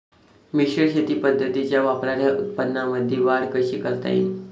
मिश्र शेती पद्धतीच्या वापराने उत्पन्नामंदी वाढ कशी करता येईन?